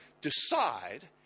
decide